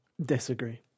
disagree